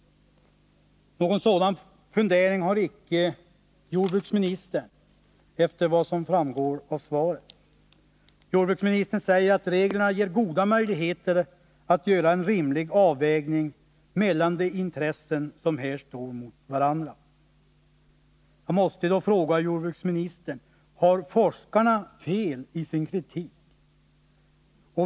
Någon sådan fundering har icke jordbruksministern efter vad som framgår av svaret. Jordbruksministern säger att reglerna ger goda möjligheter att göra en rimlig avvägning mellan de intressen som här står mot varandra. Jag måste då fråga jordbruksministern: Har forskarna fel i sin kritik?